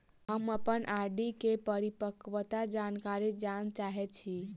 हम अप्पन आर.डी केँ परिपक्वता जानकारी जानऽ चाहै छी